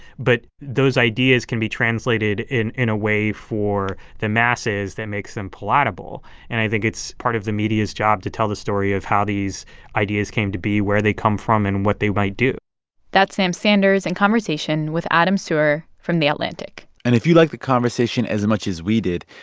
but those ideas can be translated in in a way for the masses that makes them palatable. and i think it's part of the media's job to tell the story of how these ideas came to be, where they come from and what they might do that's sam sanders in conversation with adam serwer from the atlantic and if you liked the conversation as much as we did,